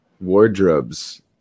wardrobes